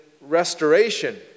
restoration